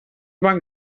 van